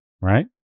Right